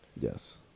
Yes